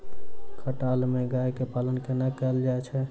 खटाल मे गाय केँ पालन कोना कैल जाय छै?